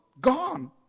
gone